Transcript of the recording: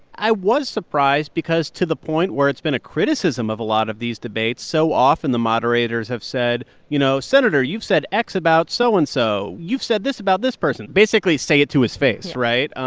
i was surprised because to the point where it's been a criticism of a lot of these debates, so often, the moderators have said, you know, senator, you've said x about so-and-so. so and so you've said this about this person. basically, say it to his face yeah right? um